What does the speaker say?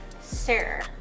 Sir